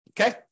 Okay